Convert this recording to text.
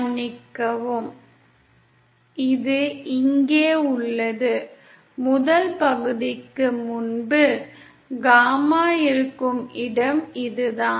மன்னிக்கவும் இது இங்கே உள்ளது முதல் பகுதிக்கு முன்பு காமா இருக்கும் இடம் இதுதான்